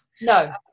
no